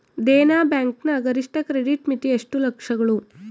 Dena bank ನ ಗರಿಷ್ಠ credit ಮಿತಿ ಎಷ್ಟು ಲಕ್ಷಗಳು?